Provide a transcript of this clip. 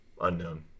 Unknown